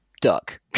duck